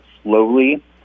slowly